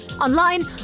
online